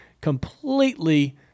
completely